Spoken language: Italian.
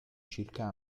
circa